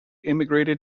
immigrated